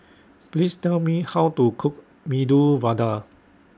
Please Tell Me How to Cook Medu Vada